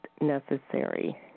necessary